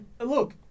look